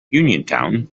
uniontown